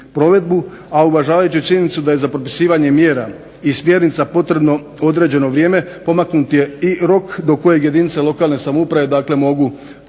provedbu, a uvažavajući činjenicu da je za propisivanje mjera i smjernica potrebno određeno vrijeme pomaknut je i rok do kojeg jedinice lokalne samouprave,